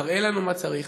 תראה לנו מה צריך,